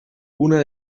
una